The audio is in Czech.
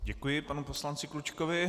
Děkuji panu poslanci Klučkovi.